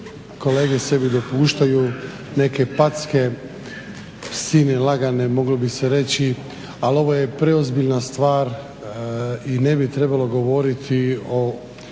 kolege sebi dopuštaju neke packe, psine lagane moglo bi se reći. Ali ovo je preozbiljna stvar i ne bi trebalo govoriti o